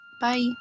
Bye